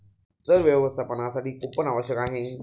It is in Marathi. चर व्यवस्थापनासाठी कुंपण आवश्यक आहे